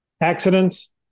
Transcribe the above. accidents